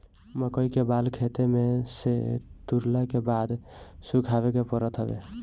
मकई के बाल खेते में से तुरला के बाद सुखावे के पड़त हवे